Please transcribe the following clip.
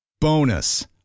Bonus